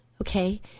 okay